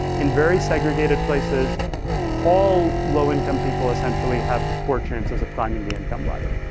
in very segregated places all low income people essentially have poor chances of climbing the income ladder.